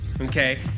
Okay